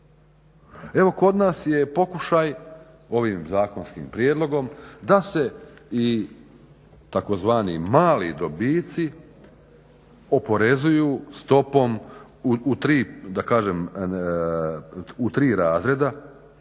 Evo kod nas je pokušaj, ovim zakonskim prijedlogom, da se i tzv. "mali dobici" oporezuju stopom u tri da